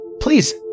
please